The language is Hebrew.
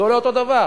זה עולה אותו דבר.